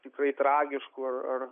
tikrai tragiškų ar ar